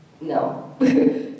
no